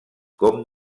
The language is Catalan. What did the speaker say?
com